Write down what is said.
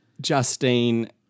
Justine